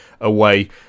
away